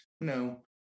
no